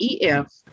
EF